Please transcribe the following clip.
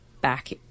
back